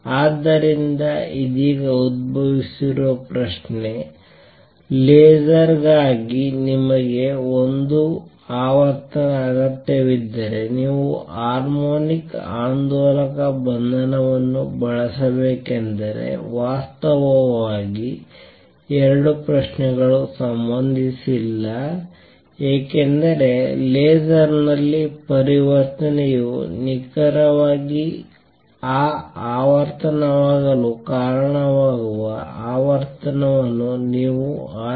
ಆದ್ದರಿಂದ ಇದೀಗ ಉದ್ಭವಿಸಿರುವ ಪ್ರಶ್ನೆ ಲೇಸರ್ ಗಾಗಿ ನಿಮಗೆ ಒಂದೇ ಆವರ್ತನ ಅಗತ್ಯವಿದ್ದರೆ ನೀವು ಹಾರ್ಮೋನಿಕ್ ಆಂದೋಲಕ ಬಂಧನವನ್ನು ಬಳಸಬೇಕೆಂದರೆ ವಾಸ್ತವವಾಗಿ 2 ಪ್ರಶ್ನೆಗಳು ಸಂಬಂಧಿಸಿಲ್ಲ ಏಕೆಂದರೆ ಲೇಸರ್ ನಲ್ಲಿ ಪರಿವರ್ತನೆಯು ನಿಖರವಾಗಿ ಆ ಆವರ್ತನವಾಗಲು ಕಾರಣವಾಗುವ ಆವರ್ತನವನ್ನು ನೀವು ಆರಿಸುತ್ತೀರಿ